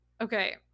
okay